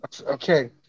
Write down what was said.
Okay